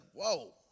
whoa